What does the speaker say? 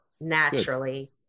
naturally